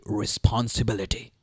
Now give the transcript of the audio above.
responsibility